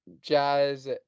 jazz